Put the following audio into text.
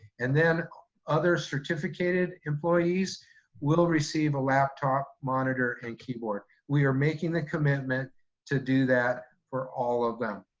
and then other certificated employees will receive a laptop, monitor, and keyboard. we are making the commitment to do that for all of them.